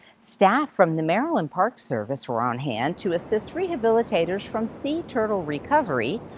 staff from the maryland park service were on-hand to assist rehabilitators from sea turtle recovery,